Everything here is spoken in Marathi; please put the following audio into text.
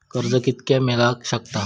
कर्ज कितक्या मेलाक शकता?